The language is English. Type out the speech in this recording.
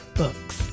books